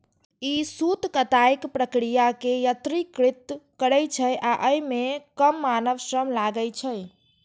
ई सूत कताइक प्रक्रिया कें यत्रीकृत करै छै आ अय मे कम मानव श्रम लागै छै